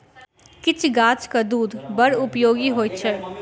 किछ गाछक दूध बड़ उपयोगी होइत छै